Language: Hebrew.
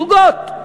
זוגות,